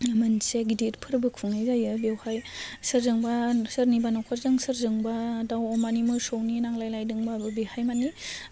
मोनसे गिदिर फोर्बो खुंनाय जायो बेवहाय सोरजोंबा सोरनिबा न'खरजों सोरजोंबा दाउ अमानि मोसौनि नांलायलायदोंबाबो बेहाय माने